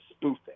spoofing